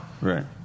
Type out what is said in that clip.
Right